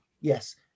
Yes